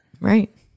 Right